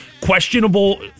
questionable